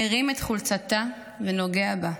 מרים את חולצתה ונוגע בה.